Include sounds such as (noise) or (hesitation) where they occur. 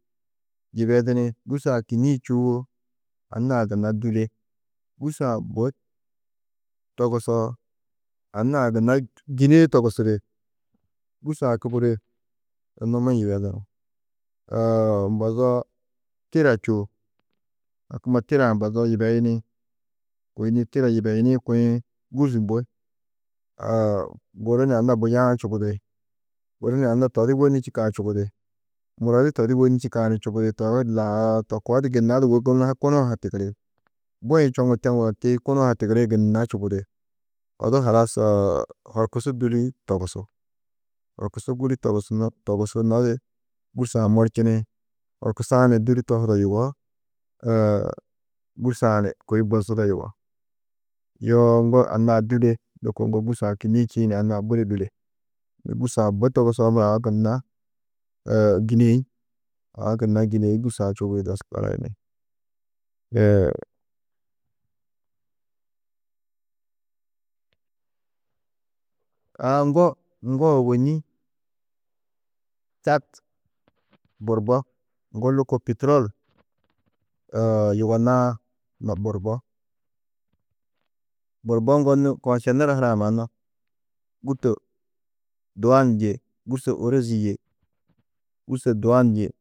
Yibedini gûrs-ã kînniĩ čûwo, anna-ã gunna dûle, gûrs-ã bui togusoo anna-ã gunna gînee togusudi, gûrs-ã kôbore, numi-ĩ (unintelligible) (hesitation) mbozoo tira čûo, hakumma tira-ã mbozoo yibeyini, kôi nû tira yibeyinĩ kuĩ gûrs bui, (hesitation) guru ni anna buya-ã čubudi, guru ni anna to di wônnu čîkã čubudi, muro di to di wônnu čîkã ni čubudi, (unintelligible) to koo di gunna du wô kunu-ã ha tigiri. Bui-ĩ čoŋu tewo teî kunu-ã ha tigirĩ gunna čubudi, odu halas (hesitation) horkusu (unintelligible) togusú. Horkusu (unintelligible) togusuno, togusunodi, gûrs-ã morčini, horkusu-ã ni dûli tohudo yugó, (hesitation) gûrs-ã ni kôi bozudo yugó, yoo ŋgo anna-ã dûle, lôko ŋgo gûrs-ã kînniĩ čîĩ ni anna-ã budi dûle, gûrs-ã bui yogusoo muro aũ gunna (hesitation) gînei, aũ gunna gînei gûrs-ã čubĩ bes barayini, (hesitation) aã ŋgo, ŋgo ôwonni Čad burbo, ŋgo lôko piturol (hesitation) yugonnãá burbo, burbo ŋgo nû foũsienera hunã mannu gûrso duan yê gûrso ôrozi yê gûrso duan yê.